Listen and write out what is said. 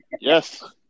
Yes